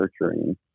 nurturing